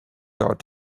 out